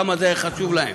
כמה זה היה חשוב להם.